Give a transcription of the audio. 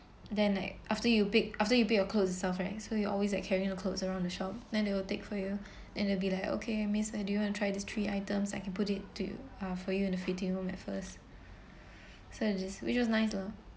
then like after you pick after you pick your clothes and stuff right so you always like carrying clothes around the shop then they will take for you then they will be like okay miss uh do you want to try these three items I can put it to you uh for you in the fitting room at first so I just which was nice lah